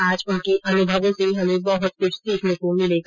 आज उनके अनुभवों से हमें बहत कुछ सीखने को मिलेगा